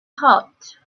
hurt